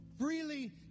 freely